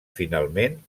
finalment